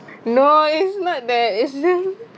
no it's not that it's just